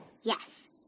Yes